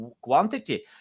quantity